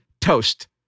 toast